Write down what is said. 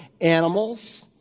animals